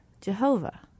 Jehovah